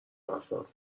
رفتار